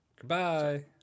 Goodbye